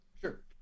Sure